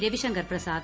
Ravishankar Prasad